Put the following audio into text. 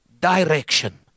direction